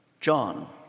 John